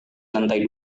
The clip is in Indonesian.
lantai